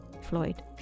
Floyd